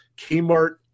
Kmart